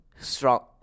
Strong –